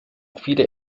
viele